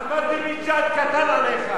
אחמדינג'אד קטן עליך.